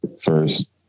first